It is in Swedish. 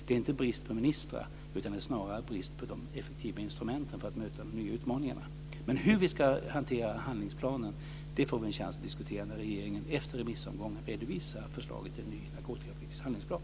Det är inte brist på ministrar, utan det är snarare brist på de effektiva instrumenten för att möta de nya utmaningarna. Hur vi ska hantera handlingsplanen får vi en chans att diskutera när regeringen efter remissomgången redovisar förslaget till en ny narkotikapolitisk handlingsplan.